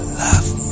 love